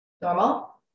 Normal